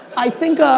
i think,